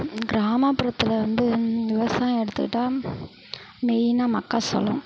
கிராமப்புறத்தில் வந்து விவசாயம் எடுத்துக்கிட்டால் மெய்னாக மக்காச்சோளம்